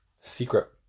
secret